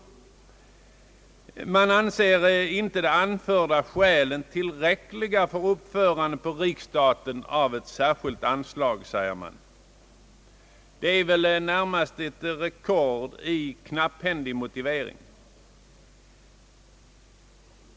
Utskottet anser inte de anförda skälen tillräckliga för uppförande på riksstaten av ett särskilt anslag till bidrag till Religionspedagogiska institutet, skriver det. Det är väl närmast ett rekord i knapphändig motivering.